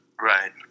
Right